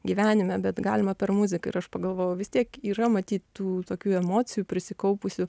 gyvenime bet galima per muziką ir aš pagalvojau vis tiek yra matyt tų tokių emocijų prisikaupusių